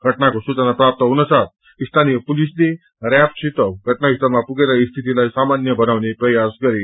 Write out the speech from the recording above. घटनको सूचना प्राप्त हुनसाथ स्थानीय पुलिसले श्रयाफसित घटनाा स्थलामा पुगेर स्थितिलाइ सामान्य बनाउने प्रयास गरे